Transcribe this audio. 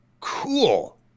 Cool